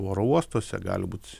oro uostuose gali būt